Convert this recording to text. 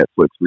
Netflix